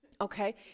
Okay